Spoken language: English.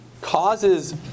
causes